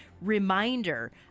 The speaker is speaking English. reminder